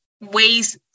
ways